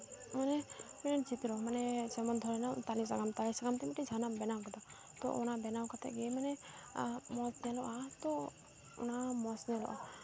ᱢᱟᱱᱮ ᱢᱤᱫᱴᱮᱱ ᱪᱤᱛᱨᱚ ᱢᱟᱱᱮ ᱡᱮᱢᱚᱱ ᱫᱷᱚᱨᱮ ᱱᱟᱣ ᱛᱟᱞᱮ ᱥᱟᱠᱟᱢ ᱛᱟᱞᱮ ᱥᱟᱠᱟᱢᱛᱮ ᱢᱤᱫᱴᱮᱱ ᱡᱟᱦᱟᱱᱟᱜ ᱮᱢ ᱵᱮᱱᱟᱣ ᱠᱮᱫᱟ ᱛᱚ ᱚᱱᱟ ᱵᱮᱱᱟᱣ ᱠᱟᱛᱮᱫ ᱜᱮ ᱢᱟᱱᱮ ᱢᱚᱡᱽ ᱧᱮᱞᱚᱜᱼᱟ ᱛᱚ ᱚᱱᱟ ᱢᱚᱡᱽ ᱧᱮᱞᱚᱜᱼᱟ